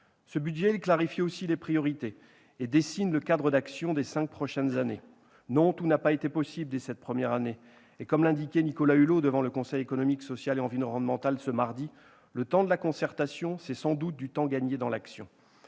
Ce budget clarifie aussi les priorités et dessine le cadre d'action des cinq prochaines années. Non, tout n'a pas été possible dès cette première année, mais, le ministre d'État Nicolas Hulot l'indiquait devant le Conseil économique, social et environnemental mardi dernier, le temps de la concertation est sans doute du temps gagné dans l'action.